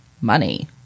money